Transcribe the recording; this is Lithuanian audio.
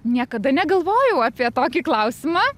niekada negalvojau apie tokį klausimą